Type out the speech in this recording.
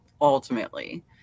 ultimately